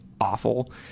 awful